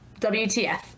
WTF